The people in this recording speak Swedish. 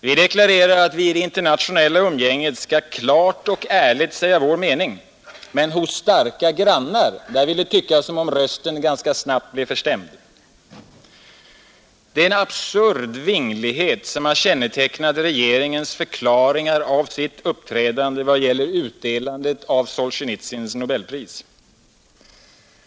Vi deklarerar, att vi i det internationella umgänget klart och ärligt skall säga vår mening, men hos starka grannar tyder våra handlingar på att rösten ganska snabbt förstäms. Det är en absurd vinglighet som har kännetecknat regeringens förklaringar av sitt uppträdande i vad gäller utdelandet av Solsjenitsyns nobelpris.